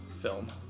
film